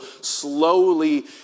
slowly